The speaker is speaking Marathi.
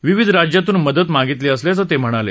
विविध राज्यातून मदत मागितली असल्याचं ते म्हणाले